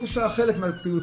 חלק מהפקידות,